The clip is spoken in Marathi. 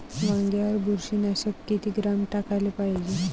वांग्यावर बुरशी नाशक किती ग्राम टाकाले पायजे?